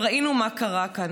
וראינו מה קרה כאן.